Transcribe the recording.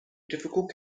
difficult